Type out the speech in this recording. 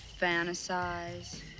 fantasize